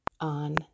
on